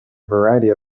variety